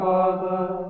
Father